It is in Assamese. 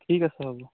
ঠিক আছে হ'ব